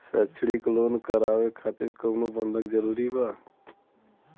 शैक्षणिक लोन करावे खातिर कउनो बंधक जरूरी बा?